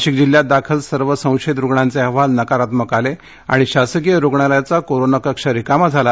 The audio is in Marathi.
नाशिक जिल्ह्यात दाखल सर्व संशयित रूग्णांचे अहवाल नकारात्मक आले आणि शासकिय रूग्णालयाचा कोरोना कक्ष रिकामा झाला